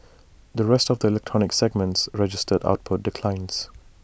the rest of the electronics segments registered output declines